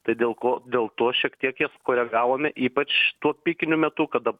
tai dėl ko dėl to šiek tiek jas koregavome ypač tuo pikiniu metu kada